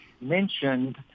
mentioned